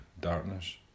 darkness